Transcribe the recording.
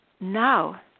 now